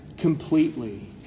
Completely